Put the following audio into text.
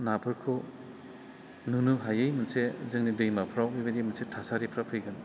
नाफोरखौ नुनो हायै मोनसे जोंनि दैमाफ्राव बेबायदि मोनसे थासारिफ्रा फैगोन